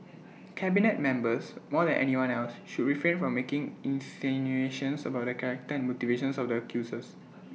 cabinet members more than anyone else should refrain from making insinuations about the character and motivations of the accusers